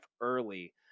early